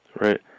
right